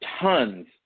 tons